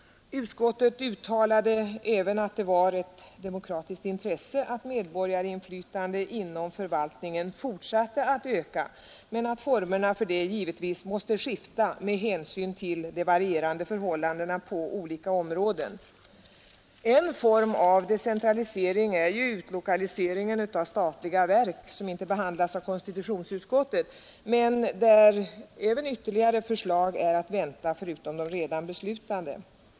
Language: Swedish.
Utskottet uttalade även att det var ett demokratiskt intresse att medborgarinflytandet inom förvaltningen fortsatte att öka men att formerna för det givetvis måste skifta med hänsyn till de varierande förhållandena på olika områden. En form av decentralisering är ju utlokalisering av statliga verk, som inte behandlas av konstitutionsutskottet, men där även ytterligare förslag är att vänta, förutom de redan beslutade.